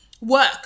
Work